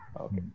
okay